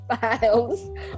files